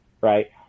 right